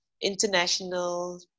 international